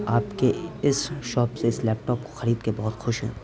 آپ کے اس شاپ سے اس لیپ ٹاپ کو خرید کے بہت خوش ہیں